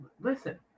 listen